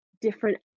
different